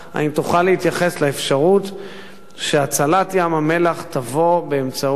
האם תוכל להתייחס לאפשרות שהצלת ים-המלח תבוא באמצעות